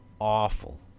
awful